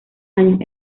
años